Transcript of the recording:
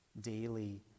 daily